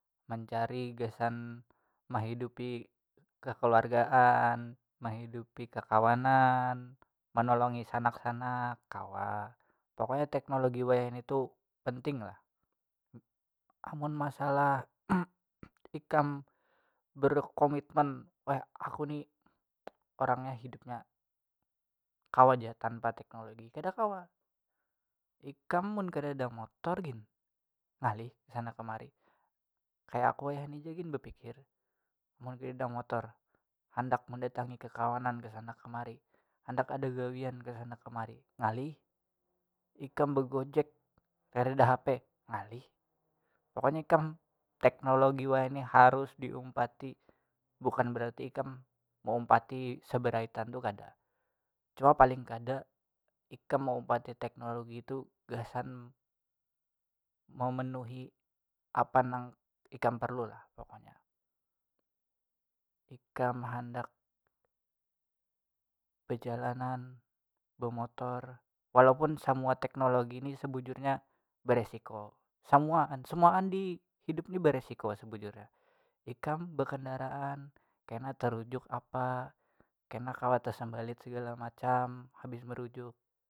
Mencari gasan mehidupi kekeluargaan mehidupi kakawanan menolongi sanak sanak kawa, pokoknya teknologi wayahini tu penting lah amun masalah ikam berkomitmen weh aku ni orangnya hidupnya kawa ja tanpa teknologi kada kawa, ikam mun kadada motor gin ngalih kesana kemari kaya aku wayahini ja gin bapikir, mun kadada motor handak mendatangi kakawanan kesana kemari handak ada gawian kasana kamari ngalih, ikam begojek kadada hp ngalih, pokoknya kam teknologi wayahini harus diumpati bukan berarti ikam meumpati seberaitan tu kada cuma paling kada ikam meumpati teknologi tu gasan memenuhi apa nang ikam parlu lah pokoknya, ikam handak bajalanan bamotor, walaupun samua teknologi ni sebujurnya beresiko samuaan semuaan di hidup ni beresiko sebujurnya ikam bekendaraan kena terujuk apa kena kawa tasumbalit sagala macam habis merujuk.